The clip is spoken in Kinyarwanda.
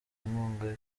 inkunga